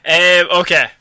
Okay